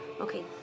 Okay